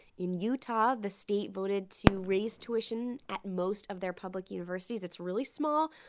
in utah, the state voted to raise tuition at most of their public universities. it's really small,